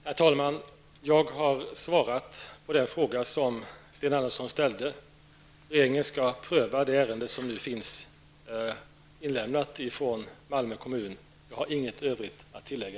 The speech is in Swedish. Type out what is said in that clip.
Herr talman! Jag har svarat på den fråga som Sten Andersson ställde. Regeringen skall pröva det ärende som Malmö kommun har lämnat in. Jag har i dag inget övrigt att tillägga.